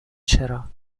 چرا